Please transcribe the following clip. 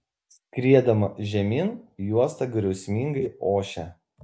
skriedama žemyn juosta griausmingai ošė